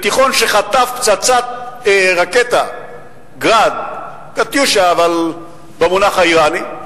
שחטף רקטת "גראד" "קטיושה", אבל במונח האירני,